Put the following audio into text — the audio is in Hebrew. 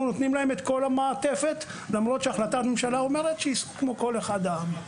נותנים להם את כל המעטפת למרות שהחלטת ממשלה אומרת שייסעו כאחד העם.